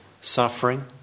suffering